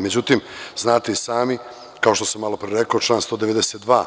Međutim, znate i sami, kao što sam malopre rekao, član 192.